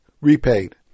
repaid